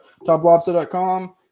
Toplobster.com